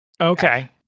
Okay